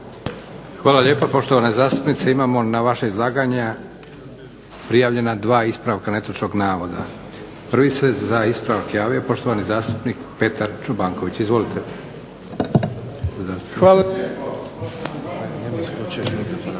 Hvala lijepa poštovana zastupnice. Imamo na vaše izlaganje prijavljena dva ispravka netočnog navoda. Prvi se za ispravak javio poštovani zastupnik Petar Čobanković. Izvolite. **Čobanković,